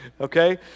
okay